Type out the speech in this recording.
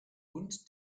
und